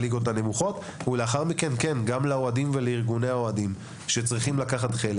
הנמוכות ולאחר מכן גם לאוהדים ולארגוני האוהדים שצריכים לקחת חלק.